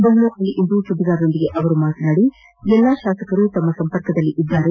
ಬೆಂಗಳೂರಿನಲ್ಲಿಂದು ಸುದ್ದಿಗಾರರೊಂದಿಗೆ ಮಾತನಾಡಿ ಎಲ್ಲಾ ಶಾಸಕರೂ ತಮ್ಮ ಸಂಪರ್ಕದಲ್ಲಿದ್ದಾರೆ